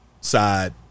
side